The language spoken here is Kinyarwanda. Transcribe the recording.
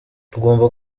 tugomba